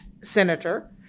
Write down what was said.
senator